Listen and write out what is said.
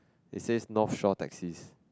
it says North Shore taxis